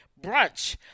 brunch